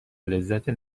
لذت